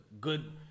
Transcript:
good